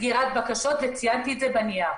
וציינתי את זה בנייר.